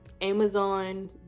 amazon